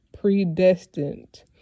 predestined